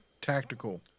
tactical